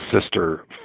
sister